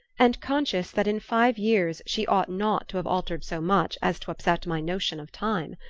and conscious that in five years she ought not to have altered so much as to upset my notion of time.